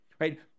right